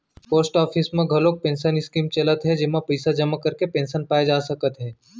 post office म घलोक pension scheme चलत हे जेमा पइसा जमा करके पेंसन पाए जा सकत हे